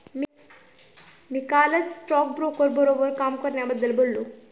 मी कालच स्टॉकब्रोकर बरोबर काम करण्याबद्दल बोललो